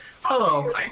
Hello